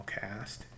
cast